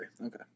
Okay